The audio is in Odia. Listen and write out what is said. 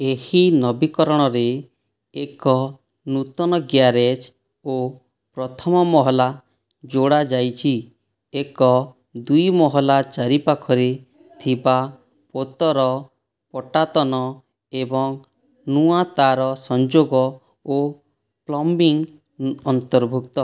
ଏହି ନବୀକରଣରେ ଏକ ନୂତନ ଗ୍ୟାରେଜ୍ ଓ ପ୍ରଥମ ମହଲା ଯୋଡ଼ା ଯାଇଛି ଏକ ଦୁଇ ମହଲା ଚାରିପାଖରେ ଥିବା ପୋତ ର ପଟାତନ ଏବଂ ନୂଆ ତାର ସଂଯୋଗ ଓ ପ୍ଲମ୍ବିଂ ଅନ୍ତର୍ଭୁକ୍ତ